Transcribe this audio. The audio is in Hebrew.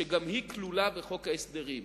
שגם היא כלולה בחוק ההסדרים.